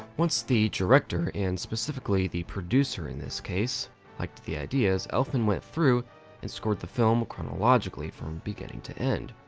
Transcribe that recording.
once the director, and specifically the producer in this case, liked the ideas elfman went through and scored the film chronologically from beginning to end.